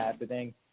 happening